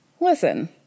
listen